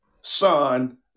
son